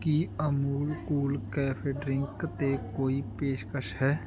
ਕੀ Amul cool cafe drink 'ਤੇ ਕੋਈ ਪੇਸ਼ਕਸ਼ ਹੈ